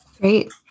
Great